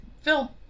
phil